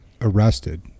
arrested